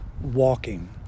walking